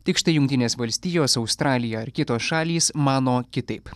tik štai jungtinės valstijos australija ar kitos šalys mano kitaip